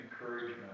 encouragement